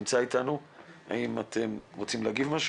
האם אתם רוצים להגיב?